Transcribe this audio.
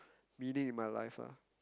meaning in my life ah